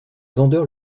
vendeur